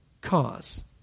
cause